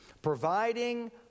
Providing